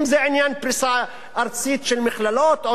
אם זה עניין פריסה ארצית של מכללות.